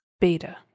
Beta